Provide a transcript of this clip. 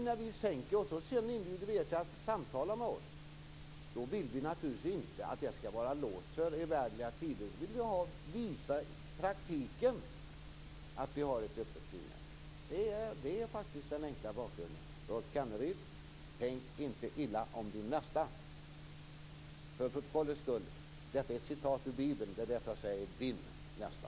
När vi nu sänker den och inbjuder er till att samtala med oss vill vi naturligtvis inte att den skall vara låst för evärdliga tider. Vi vill i praktiken visa att vi har ett öppet sinne. Det är faktiskt den enkla bakgrunden. Rolf Kenneryd! Tänk inte illa om din nästa! För protokollets skull vill jag peka på att detta är ett citat ur Bibeln och att jag därför kan säga "din" nästa.